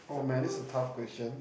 oh man this is tough question